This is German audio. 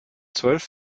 zwölf